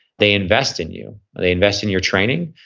they invest in you. they invest in your training.